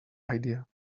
idea